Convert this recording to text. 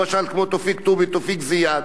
למשל כמו תופיק טובי ותופיק זיאד,